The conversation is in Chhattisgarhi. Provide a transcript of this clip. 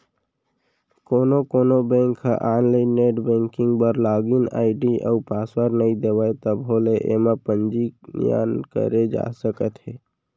कोनो कोनो बेंक ह आनलाइन नेट बेंकिंग बर लागिन आईडी अउ पासवर्ड नइ देवय तभो ले एमा पंजीयन करे जा सकत हे